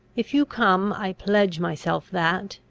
if you come, i pledge myself that,